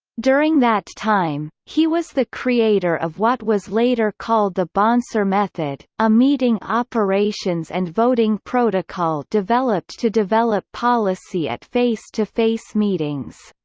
during that time, he was the creator of what was later called the bonser method, a meeting operations and voting protocol developed to develop policy at face to face meetings.